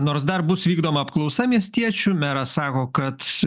nors dar bus vykdoma apklausa miestiečių meras sako kad